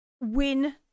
win